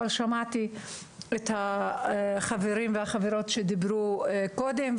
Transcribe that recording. אבל שמעתי את החברים והחברות שדיברו קודם,